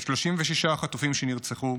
את 36 החטופים שנרצחו